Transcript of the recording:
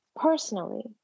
personally